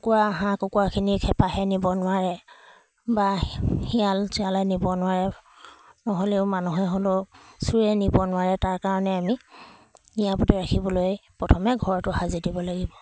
কুকুৰা হাঁহ কুকুৰাখিনিক হেপাই নিব নোৱাৰে বা শিয়াল চিয়ালে নিব নোৱাৰে নহ'লেও মানুহে হ'লেও চুৰে নিব নোৱাৰে তাৰ কাৰণে আমি ইয়াক ৰাখিবলৈ প্ৰথমে ঘৰটো সাজি দিব লাগিব